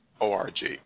o-r-g